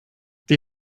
die